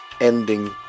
ending